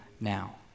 now